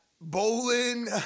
bowling